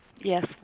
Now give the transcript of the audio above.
Yes